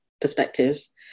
perspectives